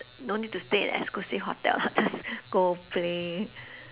no need to stay at exquisite hotel just go play